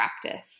practice